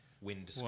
Wind